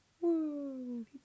Woo